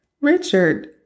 Richard